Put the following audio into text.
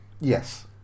Yes